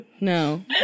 No